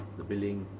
the billing,